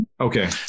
Okay